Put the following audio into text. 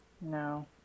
no